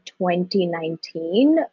2019